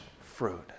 fruit